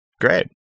Great